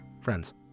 Friends